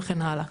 וכן הלאה.